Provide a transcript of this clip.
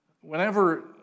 Whenever